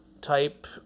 type